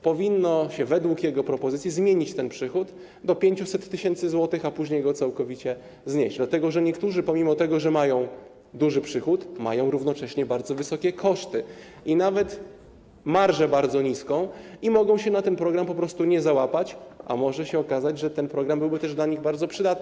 Powinno się, według jego propozycji, zmienić przychód do 500 tys. zł, a później go całkowicie znieść, dlatego że niektórzy pomimo że mają duży przychód, mają równocześnie bardzo wysokie koszty, i nawet marżę bardzo niską, i mogą się na ten program po prostu nie załapać, a może się okazać, że ten program byłby też dla nich bardzo przydatny.